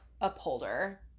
upholder